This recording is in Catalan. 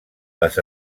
les